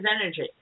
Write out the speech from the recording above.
energy